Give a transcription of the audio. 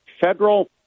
federal